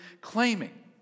claiming